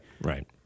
Right